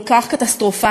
כל כך קטסטרופלית,